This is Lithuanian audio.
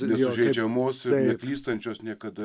nesužeidžiamos ir neklystančios niekada